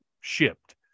shipped